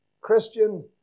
Christian